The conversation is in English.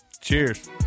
Cheers